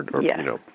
Yes